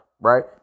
right